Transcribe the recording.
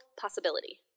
possibility